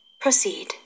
Proceed